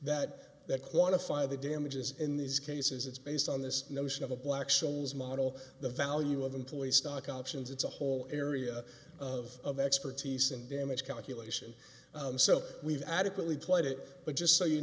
that that quantify the damages in these cases it's based on this notion of a black shuls model the value of employee stock options it's a whole area of expertise and damage calculation so we've adequately played it but just so you